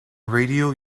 radio